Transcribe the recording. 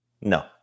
No